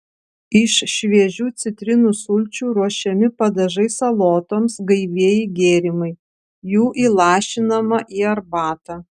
iš šviežių citrinų sulčių ruošiami padažai salotoms gaivieji gėrimai jų įlašinama į arbatą